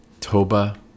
Toba